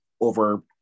over